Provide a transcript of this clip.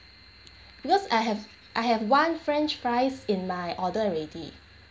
because I have I have one french fries in my order already